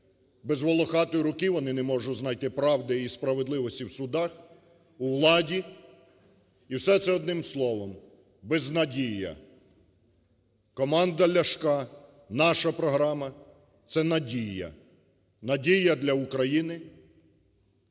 без волохатої руки вони не можуть знайти правди і справедливості в судах, у владі. І все це один словом - безнадія. Команда Ляшка, наша програма – це надія. Надія для України,